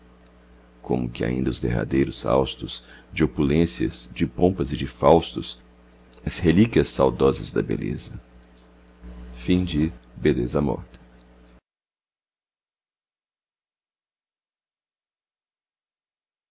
como que ainda os derradeiros haustos de opulências de pompas e de faustos as relíquias saudosas da beleza